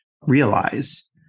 realize